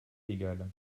légal